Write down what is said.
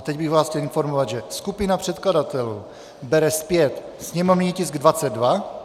Teď bych vás chtěl informovat, že skupina předkladatelů bere zpět sněmovní tisk 22.